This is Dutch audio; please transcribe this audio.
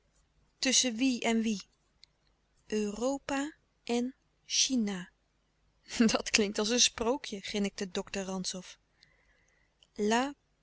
tusschen wie en wie europa en china dat klinkt als een sprookje grinnikte dokter rantzow